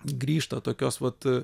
grįžta tokios vat